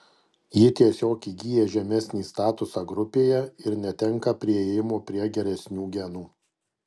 ji tiesiog įgyja žemesnį statusą grupėje ir netenka priėjimo prie geresnių genų